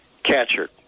Catcher